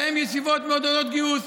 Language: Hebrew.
שהן ישיבות שמעודדות גיוס.